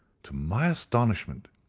to my astonishment,